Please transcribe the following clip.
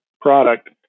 product